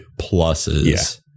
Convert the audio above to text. pluses